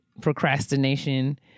procrastination